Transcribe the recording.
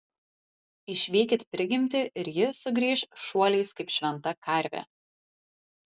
išvykit prigimtį ir ji sugrįš šuoliais kaip šventa karvė